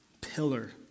pillar